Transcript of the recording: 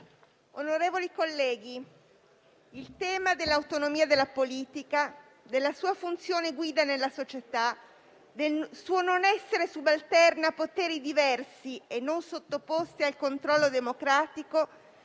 onorevoli colleghi, il tema dell'autonomia della politica e della sua funzione guida nella società, del suo non essere subalterna a poteri diversi e non sottoposti al controllo democratico,